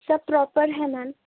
سب proper ہے میم